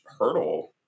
hurdle